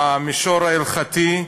המישור ההלכתי,